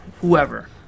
whoever